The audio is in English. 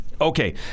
Okay